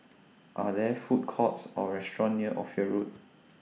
Are There Food Courts Or restaurants near Ophir Road